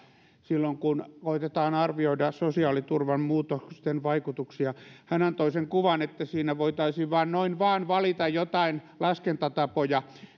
silloin kun koetetaan arvioida sosiaaliturvan muutosten vaikutuksia hän antoi sen kuvan että siinä voitaisiin noin vain valita joitain laskentatapoja